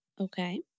Okay